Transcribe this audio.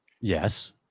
Yes